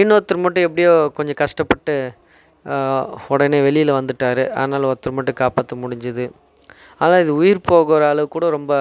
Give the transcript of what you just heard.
இன்னோருத்தர் மட்டும் எப்படியோ கொஞ்சம் கஸ்டப்பட்டு உடனே வெளியில வந்துட்டார் அதனால ஒருத்தரை மட்டும் காப்பாற்ற முடிஞ்சது ஆனால் இது உயிர் போகிற அளவுக்குக்கூட ரொம்ப